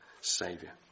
saviour